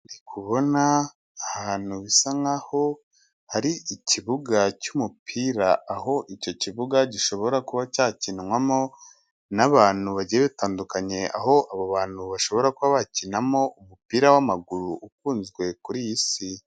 Ndi kubona ahantu bisa nkaho hari ikibuga cy'umupira, aho icyo kibuga gishobora kuba cyakinwamo n'abantu bagiye batandukanye, aho abo bantu bashobora kuba bakinamo umupira w'amaguru ukunzwe kuri iyi si.